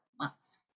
months